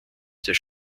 des